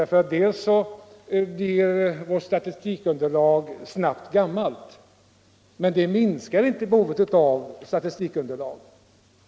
Vårt statistikunderlag blir snabbt gammalt men det minskar inte behovet av statistikunderlag.